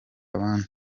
abandi